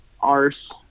arse